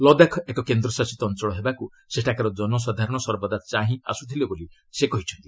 ଲଦାଖ ଏକ କେନ୍ଦ୍ରଶାସିତ ଅଞ୍ଚଳ ହେବାକ୍ର ସେଠାର ଜନସାଧାରଣ ସର୍ବଦା ଚାହିଁ ଆସ୍ରଥିଲେ ବୋଲି ସେ କହିଛନ୍ତି